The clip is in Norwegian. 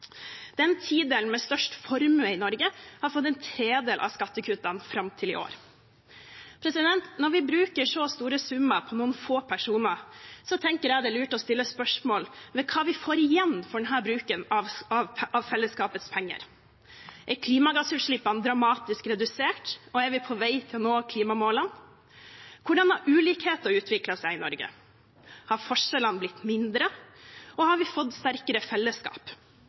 Den tidelen med størst formue i Norge har fått en tredel av skattekuttene fram til i år. Når vi bruker så store summer på noen få personer, tenker jeg det er lurt å stille spørsmål ved hva vi får igjen for denne bruken av fellesskapets penger. Er klimagassutslippene dramatisk redusert, og er vi på vei til å nå klimamålene? Hvordan har ulikheten utviklet seg i Norge? Har forskjellene blitt mindre, og har vi fått sterkere fellesskap?